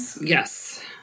Yes